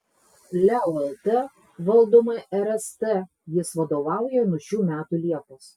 leo lt valdomai rst jis vadovauja nuo šių metų liepos